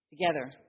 together